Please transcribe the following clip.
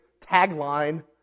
tagline